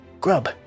Grub